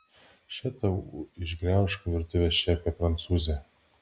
še tau išgraužk virtuvės šefe prancūze